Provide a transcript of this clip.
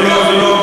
זה לא בדיוק.